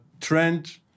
trend